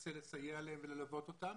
ומנסה לסייע להם וללוות אותם